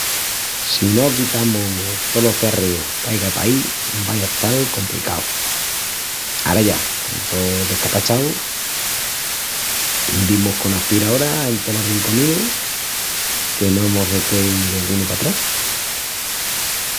Si no quitamus tolos çarrius que aiga paí vai a estal compricau. Ara ya con tó descapachau dimus cona aspiraora en tolos rinconinus, que no mos se quei dengunu patrás.